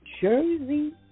Jersey